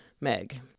Meg